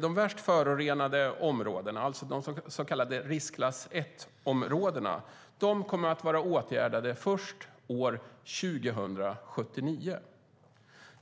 de värst förorenade områdena, alltså de så kallade riskklass 1-områdena, att vara åtgärdade först år 2079.